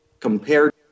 compared